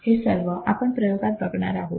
हे सर्व आपण प्रयोगात बघणार आहोत